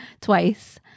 twice